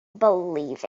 believe